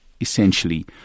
essentially